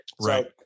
Right